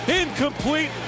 Incomplete